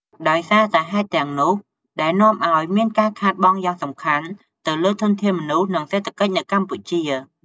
ដោយសារតែហេតុផលទាំងនោះ ដែលនាំឱ្យមានការខាតបង់យ៉ាងសំខាន់ទៅលើធនធានមនុស្ស និងសេដ្ឋកិច្ចនៅកម្ពុជា។